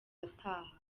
ataha